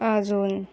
अजून